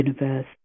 universe